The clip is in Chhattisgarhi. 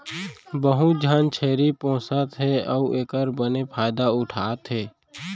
बहुत झन छेरी पोसत हें अउ एकर बने फायदा उठा थें